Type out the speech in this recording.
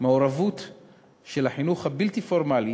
מעורבות של החינוך הבלתי-פורמלי